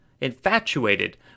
infatuated